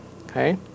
okay